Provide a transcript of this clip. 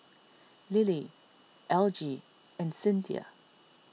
Lily Algie and Cinthia